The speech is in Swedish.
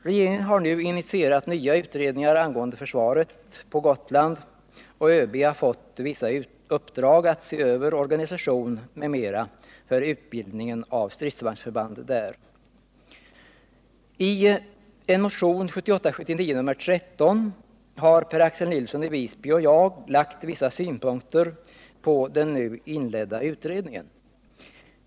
Regeringen har nu initierat nya utredningar angående försvaret på Gotland, och ÖB har fått i uppdrag att se över organisation m.m. för utbildningen av stridsvagnsförband där. I motionen 1978/79:13 har Per-Axel Nilsson i Visby och jag framfört vissa synpunkter i anledning av den nu inledda utredningen.